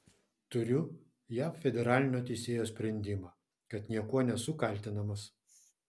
turiu jav federalinio teisėjo sprendimą kad niekuo nesu kaltinamas